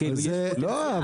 לא,